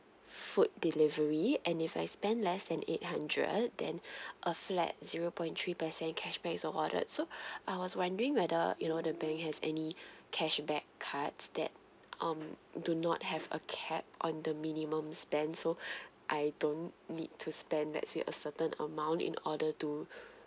food delivery and if I spend less than eight hundred then a flat zero point three percent cashback is avoided so I was wondering whether you know the bank has any cashback cards that um do not have a cap on the minimum spend so I don't need to spend that let's say a certain amount in order to